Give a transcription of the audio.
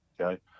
okay